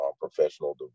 professional